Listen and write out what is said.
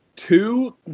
Two